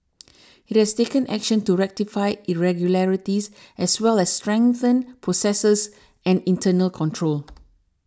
it has taken action to rectify irregularities as well as strengthen processes and internal controls